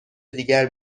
دیگر